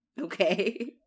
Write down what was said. Okay